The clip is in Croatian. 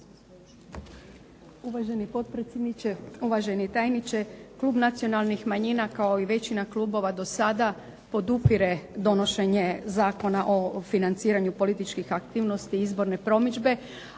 Uvaženi potpredsjedniče, uvaženi tajniče. Klub nacionalnih manjina kao i većina klubova do sada podupire donošenje Zakona o financiranju političkih aktivnosti i izborne promidžbe,